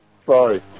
Sorry